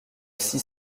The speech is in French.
six